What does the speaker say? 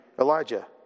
Elijah